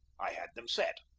i had them set.